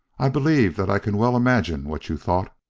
i believe that i can well imagine what you thought.